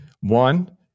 One